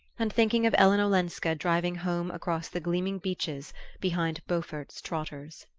and thinking of ellen olenska driving home across the gleaming beaches behind beaufort's trotters.